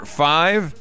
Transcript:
five